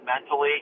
mentally